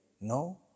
No